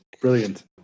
Brilliant